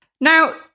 Now